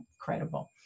credible